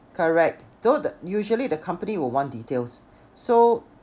correct so usually the company will want details so